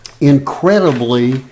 incredibly